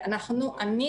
אני,